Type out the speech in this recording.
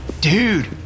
Dude